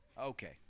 Okay